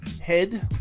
head